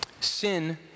Sin